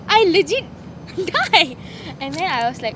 I legit die and then I was like